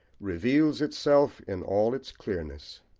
reveals itself in all its clearness.